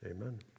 Amen